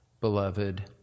beloved